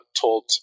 told